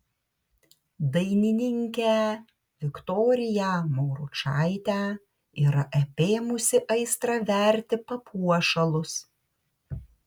dainininkę viktoriją mauručaitę yra apėmusi aistra verti papuošalus